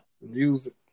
music